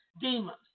demons